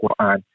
Quran